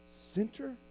center